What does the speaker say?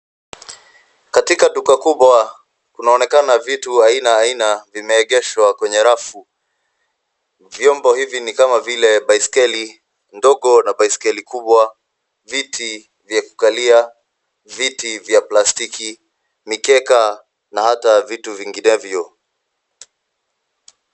Katika duka kubwa kunaonekana vitu aina aina vimeegeshwa kwenye rafu. Vyombo hivi ni kama vile baiskeli ndogo na baiskeli kubwa, viti vya kukalia, viti vya plastiki, mikeka na hata vitu vinginevyo.